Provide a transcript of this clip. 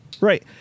Right